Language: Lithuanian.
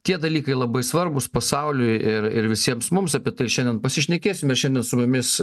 tie dalykai labai svarbūs pasauliui ir ir visiems mums apie tai šiandien pasišnekėsime šiandien su mumis